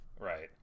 Right